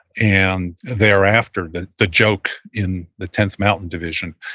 and thereafter, the the joke in the tenth mountain division,